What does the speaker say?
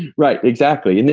right. exactly.